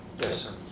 Yes